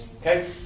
okay